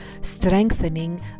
strengthening